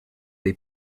dei